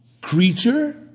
creature